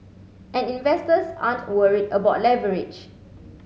and investors aren't worried about leverage